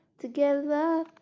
together